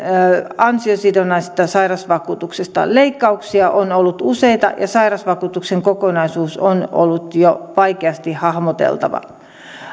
ansiosidonnaisesta sairausvakuutuksesta leikkauksia on ollut useita ja sairausvakuutuksen kokonaisuus on ollut jo vaikeasti hahmotettava